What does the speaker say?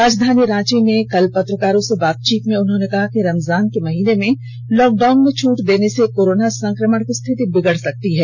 राजधानी रांची में कल पत्रकारों से बातचीत करते हुए कहा कि रमजान के महीने में लॉकडाउन में छूट देने से कोरोना संकरमण की िस्थति बिगड़ सकती है